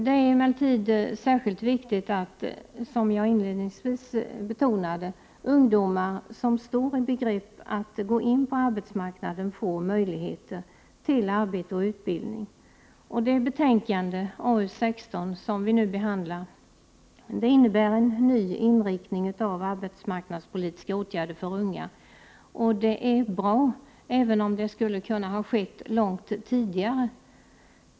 Det är emellertid särskilt viktigt att — som jag inledningsvis betonade — ungdomar som står i begrepp att gå ut på arbetsmarknaden får möjligheter till arbete och utbildning. Det betänkande, AU16, som vi nu behandlar innebär en ny inriktning av de arbetsmarknadspolitiska åtgärderna för unga. Det är bra, även om det skulle kunna ha skett långt tidigare.